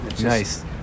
Nice